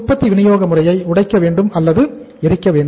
உற்பத்தி விநியோக முறையை உடைக்க வேண்டும் அல்லது எரிக்க வேண்டும்